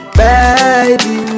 baby